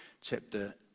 chapter